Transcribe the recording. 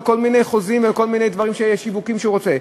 כל מיני חוזים ועל כל מיני דברים שיווקיים שהוא רוצה.